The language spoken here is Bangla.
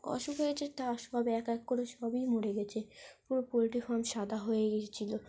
অসুখ হয়েছে তা সব এক এক করে সবই মরে গিয়েছে পুরো পোলট্রি ফার্ম সাদা হয়ে গিয়েছিল